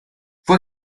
fue